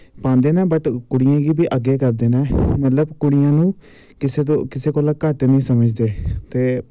पांदे नै बट कुड़ियें गी बी अग्गें करदे नै मतलव कुड़ियां नू किसे तो किसे कोला घट्ट नी समझदे